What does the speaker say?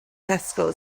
tesco